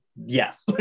yes